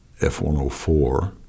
F-104